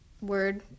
word